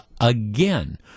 again